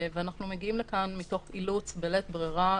ואנחנו מגיעים לזה מתוך אילוץ בלית ברירה,